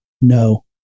no